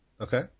Okay